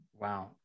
Wow